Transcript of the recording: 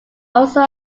also